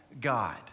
God